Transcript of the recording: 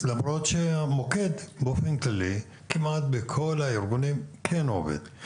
למרות שמוקד באופן כללי כמעט בכל הארגונים כן עובד.